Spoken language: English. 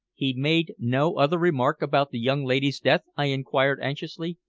he made no other remark about the young lady's death? i inquired anxiously.